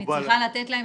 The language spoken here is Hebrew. אני צריכה לתת להם,